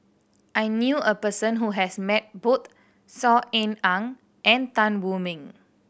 I knew a person who has met both Saw Ean Ang and Tan Wu Meng